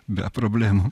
be problemų